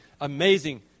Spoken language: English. amazing